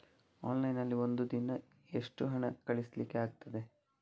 Online ನಲ್ಲಿ ಒಂದು ದಿನ ಎಷ್ಟು ಹಣ ಕಳಿಸ್ಲಿಕ್ಕೆ ಆಗ್ತದೆ?